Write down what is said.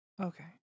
okay